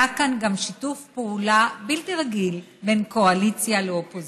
היה כאן גם שיתוף פעולה בלתי רגיל בין קואליציה לאופוזיציה.